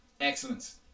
excellence